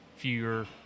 fewer